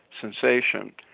sensation